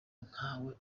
nkawe